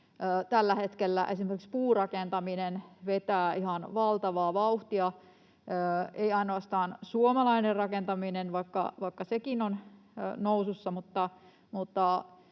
tällä hetkellä myös esimerkiksi puurakentaminen vetää ihan valtavaa vauhtia, ei ainoastaan suomalainen rakentaminen, vaikka sekin on nousussa,